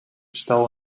stau